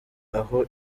aho